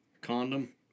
Condom